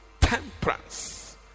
temperance